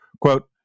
Quote